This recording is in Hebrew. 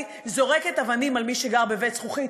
זורקת אבנים על מי שגר בבית זכוכית,